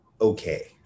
okay